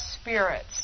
spirits